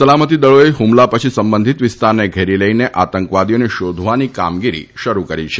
સલામતી દળોએ ફુમલા પછી સંબંધિત વિસ્તારને ઘેરી લઇને આતંકવાદીઓને શોધવાની કામગીરી શરુ કરી છે